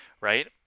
right